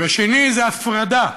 והשני הוא הפרדה,